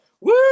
woo